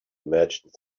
merchant